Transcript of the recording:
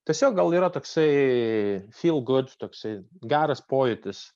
tiesiog gal yra toksai fil gud toksai geras pojūtis